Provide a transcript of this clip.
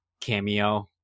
cameo